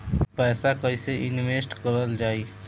पैसा कईसे इनवेस्ट करल जाई?